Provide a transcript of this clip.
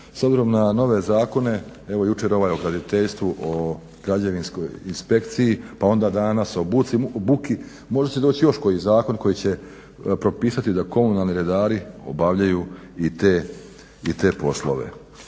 s obzirom na nove zakone, evo jučer ovaj o graditeljstvu, o građevinskoj inspekciji pa onda danas o buci možda će doći još koji zakon koji se propisati da komunalni redari obavljaju i te poslove.